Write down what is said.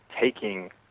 taking